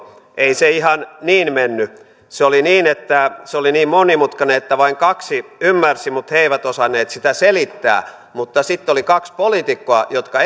ei se ihan niin mennyt se oli niin että se oli niin monimutkainen että vain kaksi ymmärsi mutta he eivät osanneet sitä selittää mutta sitten oli kaksi poliitikkoa jotka